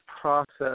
process